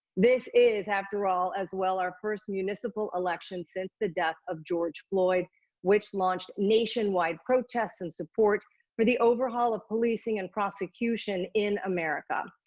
this is after all, as well, our first municipal election since the death of george floyd which launched nationwide protests in support for the overhaul of policing and prosecution in america.